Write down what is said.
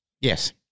Yes